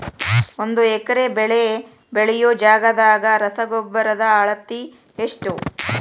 ಒಂದ್ ಎಕರೆ ಬೆಳೆ ಬೆಳಿಯೋ ಜಗದಾಗ ರಸಗೊಬ್ಬರದ ಅಳತಿ ಎಷ್ಟು?